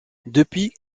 depuis